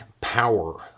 power